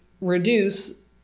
reduce